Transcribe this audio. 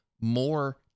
more